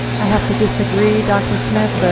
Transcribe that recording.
i have to disagree, dr smith. the